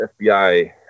FBI